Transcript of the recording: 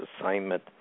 assignment